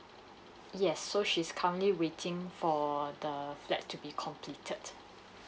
yes so she's currently waiting for the flat to be completed